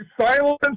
Silence